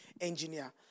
engineer